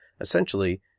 essentially